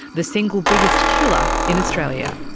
the single biggest killer in australia.